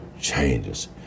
changes